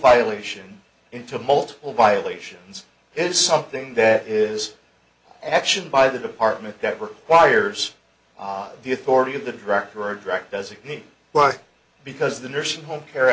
violation into multiple violations is something that is action by the department that requires op the authority of the director and direct doesn't mean why because the nursing home care